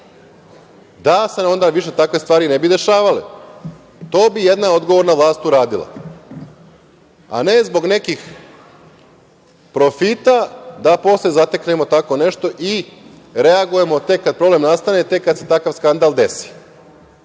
da se onda više takve stvari ne bi dešavale. To bi jedna odgovorna vlast uradila, a ne zbog nekih profita da posle zateknemo tako nešto i reagujemo tek kada problem nastane, tek kada se takav skandal desi.